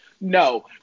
No